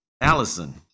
Allison